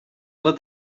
let